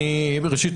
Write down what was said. ראשית,